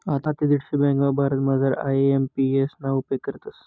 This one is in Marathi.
आते दीडशे ब्यांका भारतमझारल्या आय.एम.पी.एस ना उपेग करतस